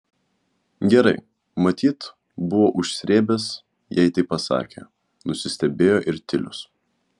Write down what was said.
gerai matyt buvo užsrėbęs jei taip pasakė nusistebėjo ir tilius